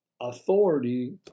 authority